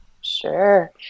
Sure